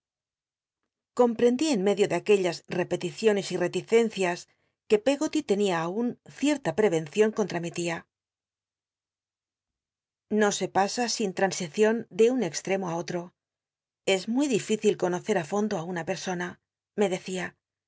í en medio de aquellas repeticiones y reticencias que peggoly tenia aun cietla ptevcncion contta mi lia no se pasa si n lransicion de un ex ttemo á otro es muy dificil conocer ci fondo una personan me decía